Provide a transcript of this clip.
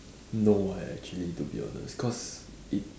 no eh actually to be honest cause it